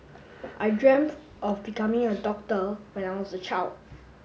I dreamt of becoming a doctor when I was a child